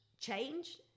change